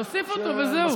תוסיף אותו וזהו.